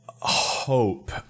hope